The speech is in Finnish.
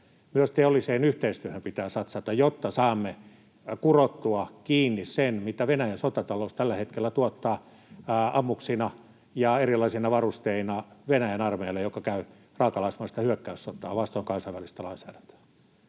myös teolliseen yhteistyöhön pitää satsata, jotta saamme kurottua kiinni sen, mitä Venäjän sotatalous tällä hetkellä tuottaa ammuksina ja erilaisina varusteina Venäjän armeijalle, joka käy raakalaismaista hyökkäyssotaa vastoin kansainvälistä lainsäädäntöä.